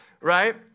right